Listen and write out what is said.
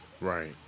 right